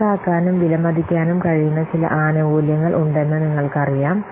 കണക്കാക്കാനും വിലമതിക്കാനും കഴിയുന്ന ചില ആനുകൂല്യങ്ങൾ ഉണ്ടെന്ന് നിങ്ങൾക്കറിയാം